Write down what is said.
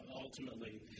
ultimately